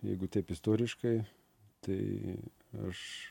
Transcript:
jeigu taip istoriškai tai aš